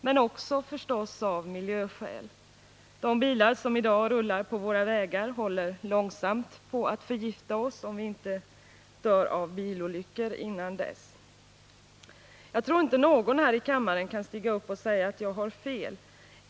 Men miljöskälen spelar också en betydande roll. De bilar som i dag rullar på våra vägar håller långsamt på att förgifta oss, om vi inte har dött i bilolyckor innan dess. Jag tror inte någon här i kammaren kan stiga upp och säga att jag har fel.